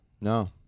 no